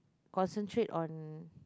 concentrate on